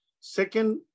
Second